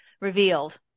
revealed